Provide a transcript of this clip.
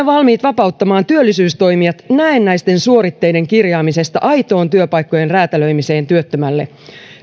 valmiit vapauttamaan työllisyystoimijat näennäisten suoritteiden kirjaamisesta aitoon työpaikkojen räätälöimiseen työttömälle